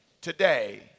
Today